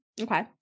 Okay